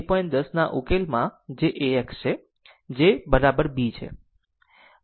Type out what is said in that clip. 10 ના ઉકેલમાં જે AX છે તે બરાબર B છે